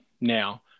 Now